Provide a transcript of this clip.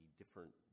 different